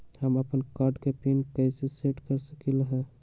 हम अपन कार्ड के पिन कैसे सेट कर सकली ह?